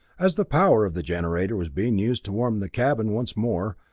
as the power of the generator was being used to warm the cabin once more,